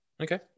okay